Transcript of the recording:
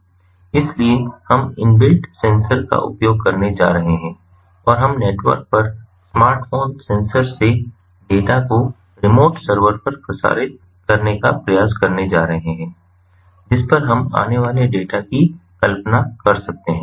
इसलिए हम inbuilt sensor का उपयोग करने जा रहे हैं और हम नेटवर्क पर स्मार्टफ़ोन सेंसर से डेटा को रिमोट सर्वर पर प्रसारित करने का प्रयास करने जा रहे हैं जिस पर हम आने वाले डेटा की कल्पना कर सकते हैं